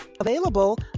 Available